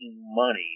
money